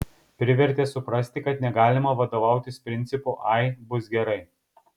privertė suprasti kad negalima vadovautis principu ai bus gerai